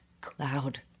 cloud